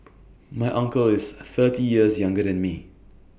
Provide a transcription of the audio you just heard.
my uncle is thirty years younger than me